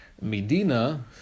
Medina